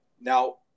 Now